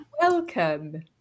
Welcome